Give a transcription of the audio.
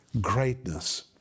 greatness